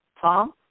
Tom